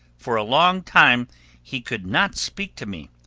for a long time he could not speak to me,